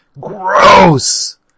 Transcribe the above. Gross